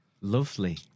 lovely